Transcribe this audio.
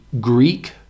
Greek